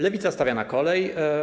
Lewica stawia na kolej.